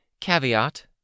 Caveat